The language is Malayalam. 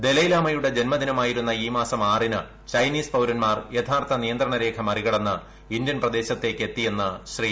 ദലൈലാമയുടെ ജന്മദിനമായിരുന്ന ഈ മാസം ആറിന് ചൈനീസ് പൌരന്മാർ യഥാർത്ഥ നിയന്ത്രണ രേഖ മറികടന്ന് ഇന്ത്യൻപ്രദേശത്തേക്ക് എത്തിയെന്ന് ശ്രീ